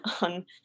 on